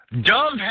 Dove